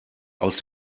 aus